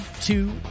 two